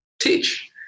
teach